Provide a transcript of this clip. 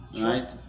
right